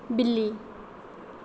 बिल्ली